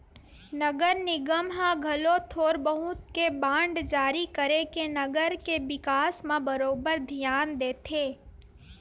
नगर निगम ह घलो थोर बहुत के बांड जारी करके नगर के बिकास म बरोबर धियान देथे